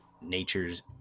nature's